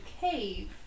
cave